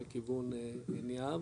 לכיוון עין יהב,